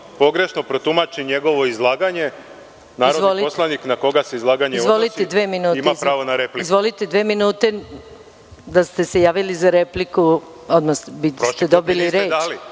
pogrešno protumači njegovo izlaganje, narodni poslanik na koga se izlaganje odnosi ima pravo na repliku. **Maja Gojković** Imate dva minuta. Da ste se javili za repliku odmah biste dobili reč.